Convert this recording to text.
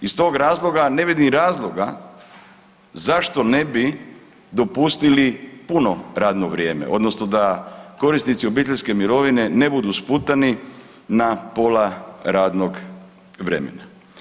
Iz tog razloga ne vidim razloga zašto ne bi dopustili puno radno vrijeme, odnosno da korisnici obiteljske mirovine ne budu sputani na pola radnog vremena.